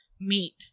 meat